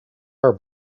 our